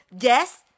yes